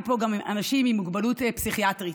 פה גם אנשים עם מוגבלות פסיכיאטרית,